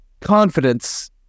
confidence